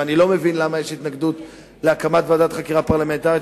ואני לא מבין למה יש התנגדות להקמת ועדת חקירה פרלמנטרית,